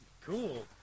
Cool